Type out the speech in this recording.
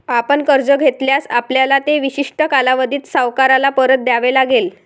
आपण कर्ज घेतल्यास, आपल्याला ते विशिष्ट कालावधीत सावकाराला परत द्यावे लागेल